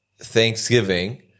Thanksgiving